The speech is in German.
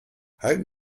halten